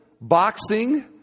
boxing